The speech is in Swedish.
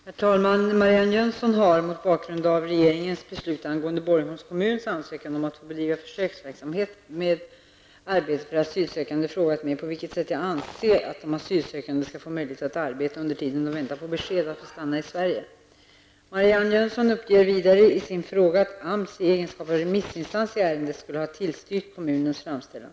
Herr talman! Marianne Jönsson, har mot bakgrund av regeringens beslut angående Borgholms kommuns ansökan om att få bedriva försöksverksamhet med arbete för asylsökande, frågat mig på vilket sätt jag anser att de asylsökande skall få möjlighet att arbeta under tiden de väntar på besked om att få stanna i Sverige. Marianne Jönsson uppger vidare i sin fråga att AMS i egenskap av remissinstans i ärendet skulle ha tillstyrkt kommunens framställan.